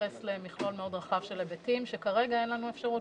שמתייחס למכלול מאוד רחב של היבטים שכרגע אין לנו אפשרות